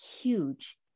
huge